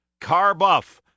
carbuff